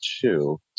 two